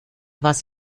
was